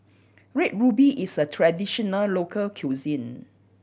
Red Ruby is a traditional local cuisine